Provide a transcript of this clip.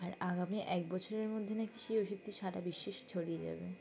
আর আগামী এক বছরের মধ্যে নাকি সেই ওষুধটি সারা বিশ্বে ছড়িয়ে যাবে